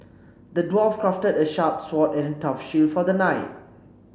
the dwarf crafted a sharp sword and a tough shield for the knight